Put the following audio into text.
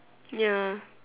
ya